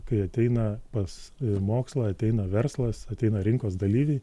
kai ateina pas mokslą ateina verslas ateina rinkos dalyviai